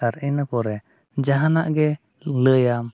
ᱟᱨ ᱤᱱᱟᱹ ᱯᱚᱨᱮ ᱡᱟᱦᱟᱱᱟᱜ ᱜᱮ ᱞᱟᱹᱭᱟᱢ